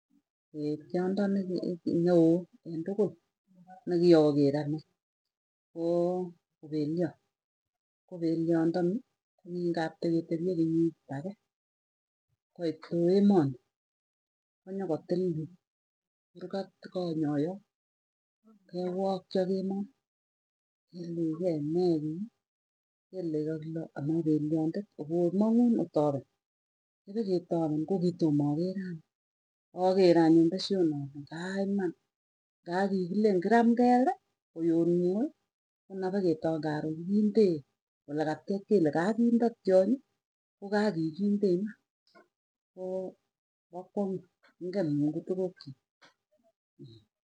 tiondo neki neo en tukul nekiaker anee koo ko peliot ko peliondani kokingap teketepie kenyit age koitu emoni konyokotil korkat konyoo yoo kewakcha kemoi kelekei nee kii. Kele kakile anoo pelyondet opwaa omong'uu otapen. kipiketapen kokitomo akere anee. Aker anyun pesyonoe ale ngaa iman ngaa kikilen kirap keeki koyon ngoi konakipiketan karon kindee olekatiech kele kaa kindo tionyi. Kokaa kikinde koo pa kwang'u ingen mungu tukuk chi.